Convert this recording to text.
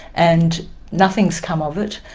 and nothing has come of it.